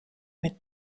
mit